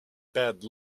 bad